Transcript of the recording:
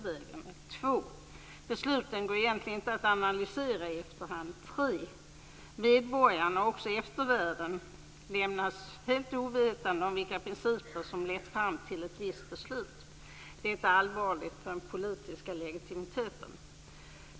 För det andra går besluten egentligen inte att analysera i efterhand. För det tredje lämnas medborgarna och också eftervärlden helt ovetande om vilka principer som lett fram till ett visst beslut. Detta är allvarligt för den politiska legitimiteten.